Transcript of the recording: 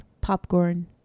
popcorn